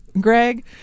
Greg